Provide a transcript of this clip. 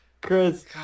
chris